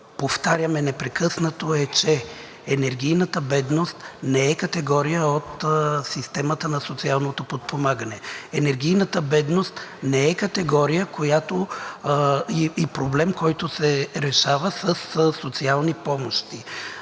повтаряме непрекъснато, е, че енергийната бедност не е категория от системата на социалното подпомагане. Енергийната бедност, не е категория и проблем, който се решава със социални помощи.